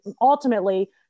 ultimately